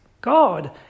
God